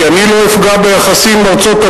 כי אני לא אפגע ביחסים עם ארצות-הברית,